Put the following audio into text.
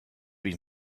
have